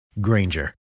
Granger